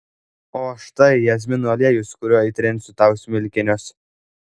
o štai jazminų aliejus kuriuo įtrinsiu tau smilkinius